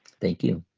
thank you.